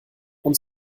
und